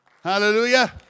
Hallelujah